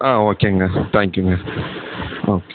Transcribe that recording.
ஆ ஓகேங்க தேங்க்யூங்க ஓகே